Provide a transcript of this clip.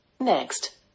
Next